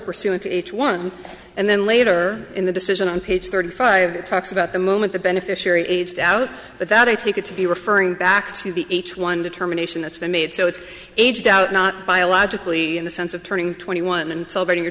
pursuant to each one and then later in the decision on page thirty five it talks about the moment the beneficiary aged out but that i take it to be referring back to the h one determination that's been made so it's aged out not biologically in the sense of turning twenty one and celebrating you